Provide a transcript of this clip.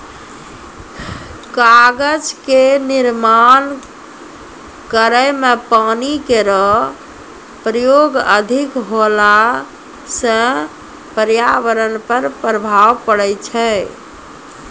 कागज क निर्माण करै म पानी केरो प्रयोग अधिक होला सँ पर्यावरण पर प्रभाव पड़ै छै